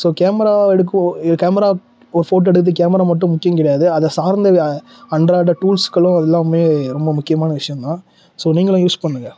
so camera எடுக்க camera ஒரு photo எடுக்க கேமரா மட்டும் முக்கியம் கிடையாது அதைச் சார்ந்த அன்றாட டூல்ஸ்களும் எல்லாமும் ரொம்ப முக்கியமான விஷயந்தான் ஸோ நீங்களும் யூஸ் பண்ணுங்கள்